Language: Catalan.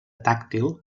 tàctil